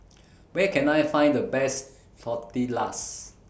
Where Can I Find The Best Tortillas